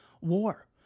war